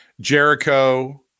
Jericho